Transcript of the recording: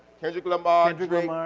kendrick lamar.